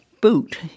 boot